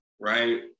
right